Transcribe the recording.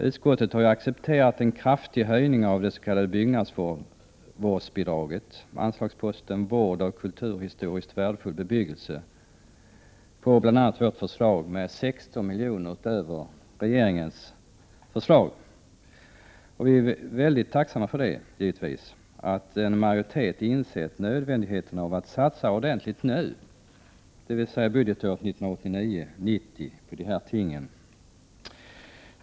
Utskottet har ju accepterat en kraftig höjning av det s.k. byggnadsvårdsbidraget, anslagsposten Vård av kulturhistoriskt värdefull bebyggelse, på förslag av bl.a. miljöpartiet, med 16 milj.kr. utöver regeringens förslag. Vi är givetvis mycket tacksamma för att en majoritet insett nödvändigheten av att satsa ordentligt nu — dvs. budgetåret 1989/90 — på detta område.